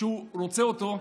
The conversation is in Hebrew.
שהוא רוצה אותו,